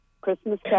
Christmas